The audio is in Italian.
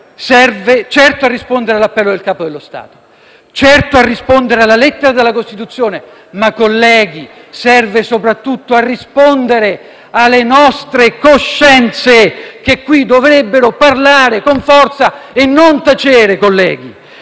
serve certo a rispondere all'appello del Capo dello Stato; certo a rispondere alla lettera della Costituzione; ma, colleghi, serve soprattutto a rispondere alle nostre coscienze che qui dovrebbero parlare con forza e non tacere.